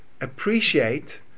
appreciate